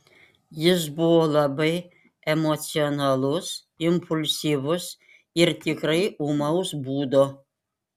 jis buvo labai emocionalus impulsyvus ir tikrai ūmaus būdo